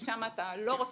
ששם אתה לא רוצה,